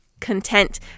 content